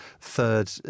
third